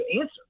answer